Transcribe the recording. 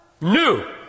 New